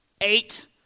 eight